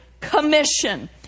Commission